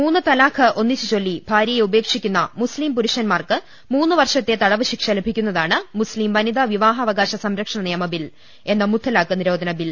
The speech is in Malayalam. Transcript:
മൂന്ന് തലാഖ് ഒന്നിച്ച് ചൊല്ലി ഭാര്യയെ ഉപേക്ഷിക്കുന്ന മുസ്ലിം പുരുഷന്മാർക്ക് മൂന്നു വർഷത്തെ തടവ് ശിക്ഷ ലഭിക്കു ന്നതാണ് മുസ്തിം വനിതാ വിവാഹാവകാശ സംരക്ഷണ നിയമ ബിൽ എന്ന മുത്തലാഖ് നിരോധന ബിൽ